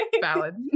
Valid